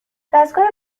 دستگاه